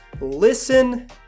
listen